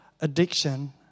addiction